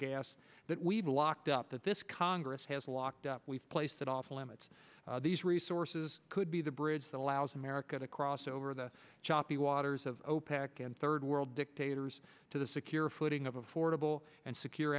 gas that we've locked up that this congress has locked up we've placed it off limits these resources could be the bridge that allows america to cross over the choppy waters of opec and third world dictators to the secure footing of affordable and secure